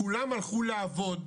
כולם הלכו לעבוד,